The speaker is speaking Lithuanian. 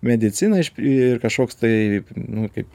medicina ir kažkoks tai nu ir kaip